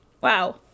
wow